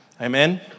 Amen